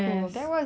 something else